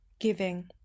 GIVING